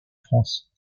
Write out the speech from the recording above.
france